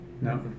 No